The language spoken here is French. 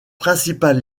principal